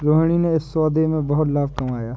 रोहिणी ने इस सौदे में बहुत लाभ कमाया